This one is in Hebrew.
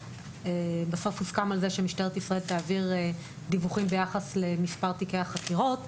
בסוף הוסכם על כך שמשטרת ישראל תעביר דיווחים ביחס למספר תיקי החקירות.